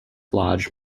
lodge